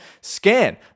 Scan